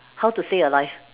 how to stay alive